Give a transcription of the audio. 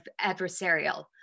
adversarial